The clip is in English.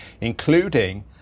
including